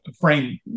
frame